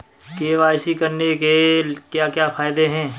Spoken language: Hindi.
के.वाई.सी करने के क्या क्या फायदे हैं?